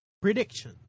Prediction